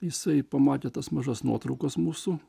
jisai pamatė tas mažas nuotraukas mūsų